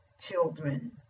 children